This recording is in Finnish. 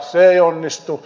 se ei onnistu